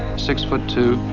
six foot two,